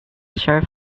sheriff